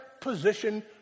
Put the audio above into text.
position